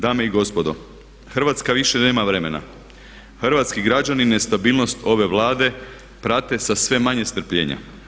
Dame i gospodo Hrvatska više nema vremena, hrvatski građani nestabilnost ove Vlade prate sa sve manje strpljenja.